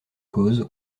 cause